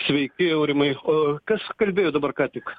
sveiki aurimai o kas kalbėjo dabar ką tik